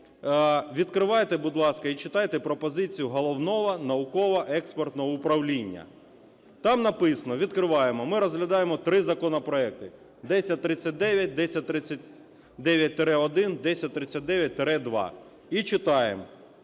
відкривайте, будь ласка, і читайте пропозицію Головного науково-експертного управління, там написано, відкриваємо, ми розглядаємо три законопроекти 1039, 1039-1, 1039-2 і читаємо: